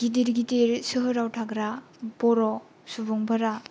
गिदिर गिदिर सोहोराव थाग्रा बर' सुबुंफोरा